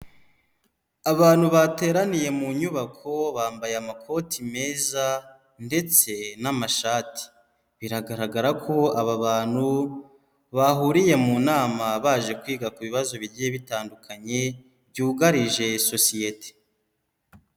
Abantu bateraniye mu nyubako bambaye amakoti meza ndetse n'amashati, biragaragara ko aba bantu bahuriye mu nama baje kwiga ku bibazo bigiye bitandukanye byugarije sosiyete.